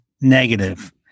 negative